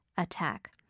attack